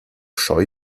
scheu